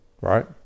Right